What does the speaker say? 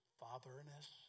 fatherness